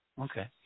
okay